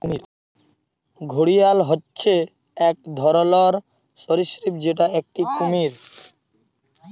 ঘড়িয়াল হচ্যে এক ধরলর সরীসৃপ যেটা একটি কুমির